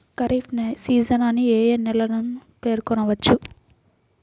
Kharif season అని ఏ ఏ నెలలను పేర్కొనవచ్చు?